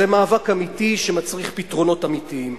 זה מאבק אמיתי שמצריך פתרונות אמיתיים,